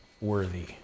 worthy